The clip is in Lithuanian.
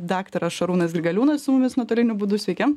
daktaras šarūnas grigaliūnas su mumis nuotoliniu būdu sveiki